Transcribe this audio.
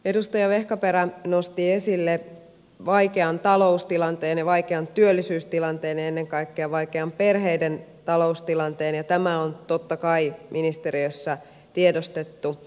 edustaja vehkaperä nosti esille vaikean taloustilanteen vaikean työllisyystilanteen ja ennen kaikkea vaikean perheiden taloustilanteen ja tämä on totta kai ministeriössä tiedostettu